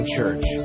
Church